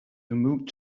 move